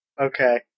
Okay